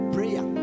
Prayer